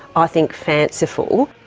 i think, fanciful.